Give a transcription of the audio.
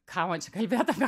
ką man čia kalbėt apie